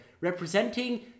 representing